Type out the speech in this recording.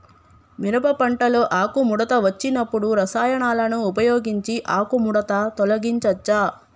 మిరప పంటలో ఆకుముడత వచ్చినప్పుడు రసాయనాలను ఉపయోగించి ఆకుముడత తొలగించచ్చా?